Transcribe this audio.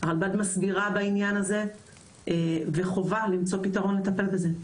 רלב"ג מסבירה בעניין הזה וחובה למצוא פתרון לטפל בזה.